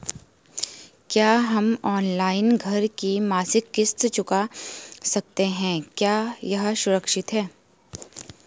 क्या हम ऑनलाइन घर की मासिक किश्त चुका सकते हैं क्या यह सुरक्षित है?